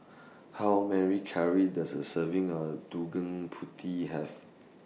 How Mary Calories Does A Serving of Putih Have